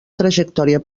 trajectòria